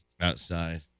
Outside